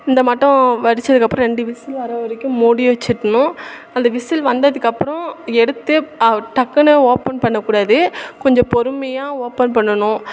இந்த மாட்டோம் வடிச்சதுக்கப்புறம் ரெண்டு விசில் வர வரைக்கும் மூடி வச்சிடணும் அந்த விசில் வந்ததுக்கப்புறம் எடுத்தேப் டக்குனு ஓப்பன் பண்ணக்கூடாது கொஞ்சம் பொறுமையாக ஓப்பன் பண்ணணும்